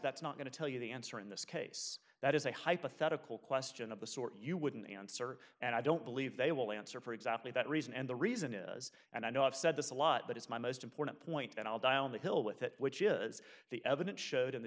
that's not going to tell you the answer in this case that is a hypothetical question of the sort you wouldn't answer and i don't believe they will answer for exactly that reason and the reason is and i know i've said this a lot but it's my most important point and i'll die on the hill with it which is the evidence showed in the